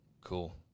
Cool